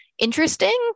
interesting